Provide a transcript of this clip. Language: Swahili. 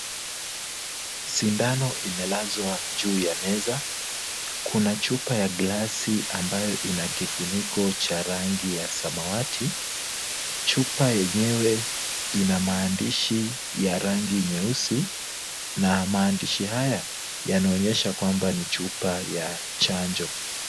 Sindano imelazwa juu ya meza. Kuna chupa ya glasi ambayo ina kifuniko cha rangi ya samawati. Chupa yenyewe ina maandishi ya rangi nyeusi na maandishi haya yanaonyesha kwamba ni chupa ya chanjo.